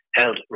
held